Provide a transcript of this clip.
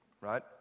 right